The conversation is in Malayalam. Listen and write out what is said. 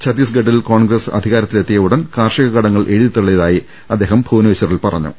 ഛത്തീസ്ഗഡിൽ കോൺഗ്രസ് അധികാര ത്തിലെത്തിയ ഉടൻ കാർഷിക കടങ്ങൾ എഴുതി തള്ളിയതായി അദ്ദേഹം ഭുവനേശ്വറിൽ പറഞ്ഞു